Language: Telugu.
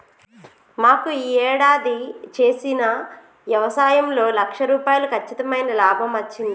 మాకు యీ యేడాది చేసిన యవసాయంలో లక్ష రూపాయలు కచ్చితమైన లాభమచ్చింది